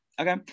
okay